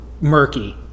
murky